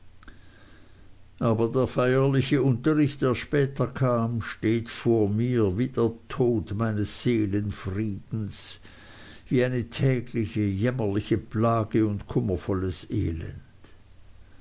aber der feierliche unterricht der später kam steht vor mir wie der tod meines seelenfriedens wie eine tägliche jämmerliche plage und kummervolles elend